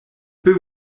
peut